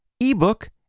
ebook